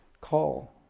call